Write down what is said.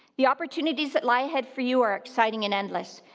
the opportunities that lie ahead for you are exciting and endless,